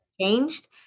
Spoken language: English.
changed